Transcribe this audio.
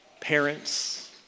parents